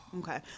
okay